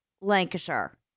Lancashire